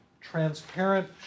transparent